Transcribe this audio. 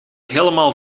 helemaal